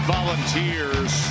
Volunteers